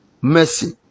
mercy